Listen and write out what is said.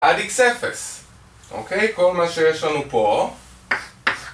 עד x0, אוקיי? כל מה שיש לנו פה: